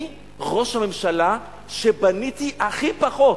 אני ראש הממשלה שבנה הכי פחות,